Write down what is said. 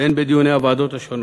והן בדיוני הוועדות השונות.